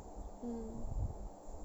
mm